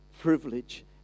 privilege